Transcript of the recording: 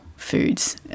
foods